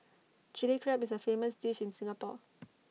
Chilli Crab is A famous dish in Singapore